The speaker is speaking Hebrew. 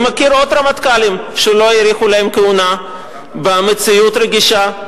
אני מכיר עוד רמטכ"לים שלא האריכו להם את הכהונה במציאות רגישה.